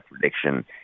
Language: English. prediction